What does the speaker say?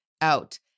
out